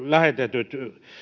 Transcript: lähetetyt